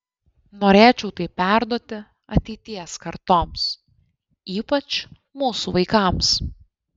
norėčiau tai perduoti ateities kartoms ypač mūsų vaikams